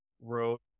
wrote